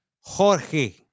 Jorge